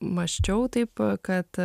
mąsčiau taip kad